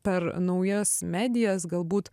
per naujas medijas galbūt